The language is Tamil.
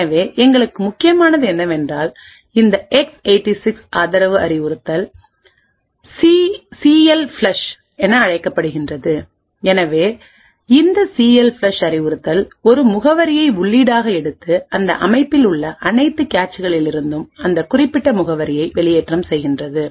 எனவே எங்களுக்கு முக்கியமானது என்னவென்றால் இந்த எக்ஸ் 86 ஆதரவு அறிவுறுத்தல்சிஎல்ஃப்ளஷ் என அழைக்கப்படுகிறது எனவே இந்த சிஎல்ஃப்ளஷ்அறிவுறுத்தல் ஒரு முகவரியை உள்ளீடாக எடுத்து அந்த அமைப்பில் உள்ள அனைத்து கேச்களிலிருந்தும் அந்த குறிப்பிட்ட முகவரியைப் வெளியேற்றம் செய்கின்றது